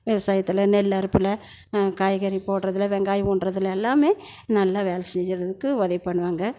விஷயத்தில் நெல் அறுப்பில் காய்கறி போட்றதில்ல வெங்காயம் ஊன்றதுல்ல எல்லாமே நல்லா வேலை செய்கிறதுக்கு உதவி பண்ணுவாங்க